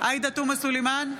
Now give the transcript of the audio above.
עאידה תומא סלימאן,